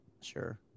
Sure